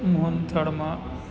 મોનથાળમાં